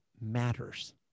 matters